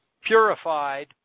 purified